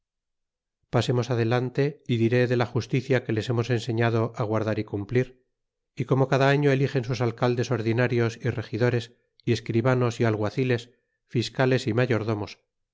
pasemos adelante y diré de la justicia que les hemos enseñado á guardar y cumplir y como cada año eligen sus alcaldes ordinarios y regidores y escribanos y alguaciles fiscales y mayordomos